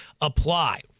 apply